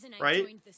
right